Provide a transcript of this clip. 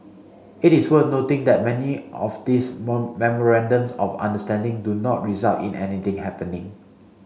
it is worth noting that many of these memorandums of understanding do not result in anything happening